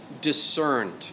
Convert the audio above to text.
discerned